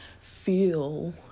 feel